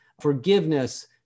forgiveness